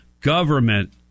government